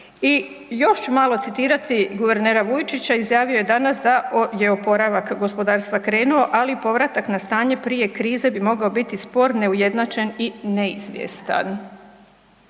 I još ću malo citirati guvernera Vujčića, izjavio je danas da je oporavak gospodarstva krenuo, ali povratak na stanje prije krize bi mogao biti spor, neujednačen i neizvjestan.